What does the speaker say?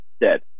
dead